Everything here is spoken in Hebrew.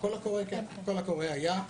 כן, הקול הקורא היה.